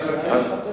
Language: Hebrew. אני מבקש,